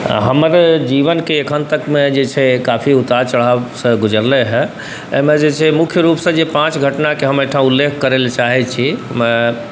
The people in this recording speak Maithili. हमर जीवनके एखन तकके जे छै से काफी उतार चढ़ावसँ गुजरलै हँ एहिमे जे छै मुख्य रूपसँ जे पाँच घटनाके हम एहिठाम उल्लेख करैके चाहै छी ओहिमे